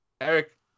Eric